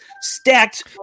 stacked